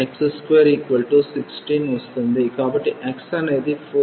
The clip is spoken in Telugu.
కాబట్టి x అనేది 4